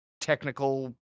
technical